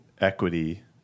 equity